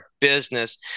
business